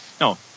no